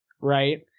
right